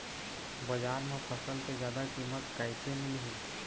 बजार म फसल के जादा कीमत कैसे मिलही?